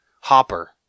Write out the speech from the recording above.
Hopper